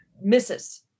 misses